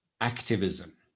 activism